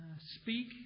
speak